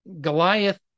Goliath